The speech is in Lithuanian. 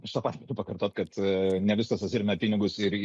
aš tą patį galiu pakartot kad ne viskas atsiremia į pinigus ir